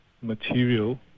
material